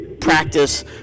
practice